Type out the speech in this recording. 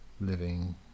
living